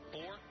Four